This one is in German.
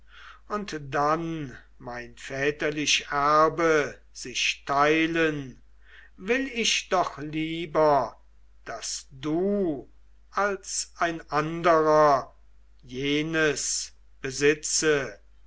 und dann mein väterlich erbe sich teilen will ich doch lieber daß du als ein anderer jenes besitze